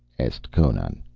asked conan.